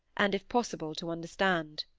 and if possible to understand.